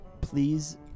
Please